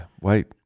wait